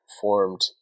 formed